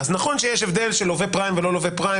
אז נכון שיש הבדל בין לווה פריים ללווה שהוא לא פריים,